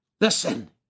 listen